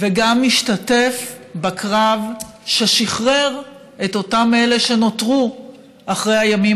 וגם משתתף בקרב ששחרר את אלה שנותרו בחיים אחרי הימים